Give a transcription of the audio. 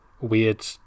weird